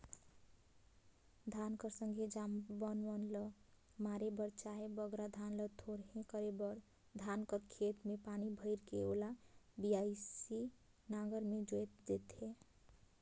धान कर संघे जामल बन मन ल मारे बर चहे बगरा धान ल थोरहे करे बर धान कर खेत मे पानी भइर के ओला बियासी नांगर मे जोएत देथे